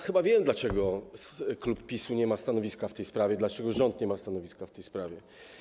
Chyba wiem, dlaczego klub PiS-u nie ma stanowiska w tej sprawie, dlaczego rząd nie ma stanowiska w tej sprawie.